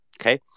Okay